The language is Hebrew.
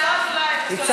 השר אזולאי, אתה סולח לנו?